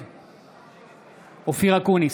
נגד אופיר אקוניס,